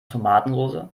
tomatensoße